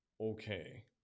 okay